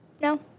No